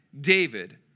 David